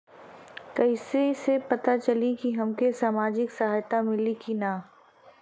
कइसे से पता चली की हमके सामाजिक सहायता मिली की ना?